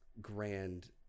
grand